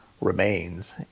remains